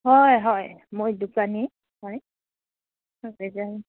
হয় হয় মই দোকানী হয়